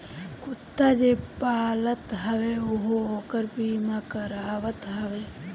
कुत्ता जे पालत हवे उहो ओकर बीमा करावत हवे